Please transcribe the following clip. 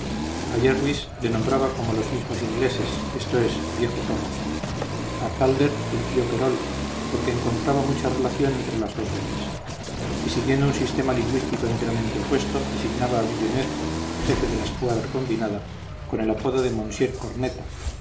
a jerwis le nombraba como los mismos ingleses esto es viejo zorro a calder el tío perol porque encontraba mucha relación entre las dos voces y siguiendo un sistema lingüístico enteramente opuesto designaba a villeneuve jefe de la escuadra combinada con el apodo de monsieur corneta